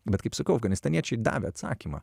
bet kaip sakiau afganistaniečiai davė atsakymą